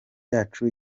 yacu